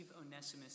Onesimus